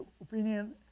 opinion